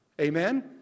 Amen